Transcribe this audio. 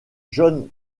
john